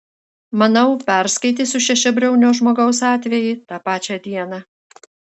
manau perskaitysiu šešiabriaunio žmogaus atvejį tą pačią dieną